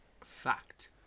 Fact